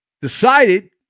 decided